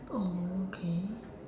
oh okay